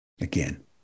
again